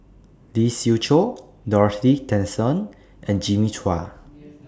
Lee Siew Choh Dorothy Tessensohn and Jimmy Chua